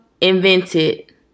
invented